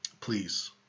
Please